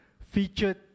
featured